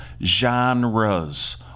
genres